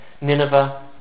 Nineveh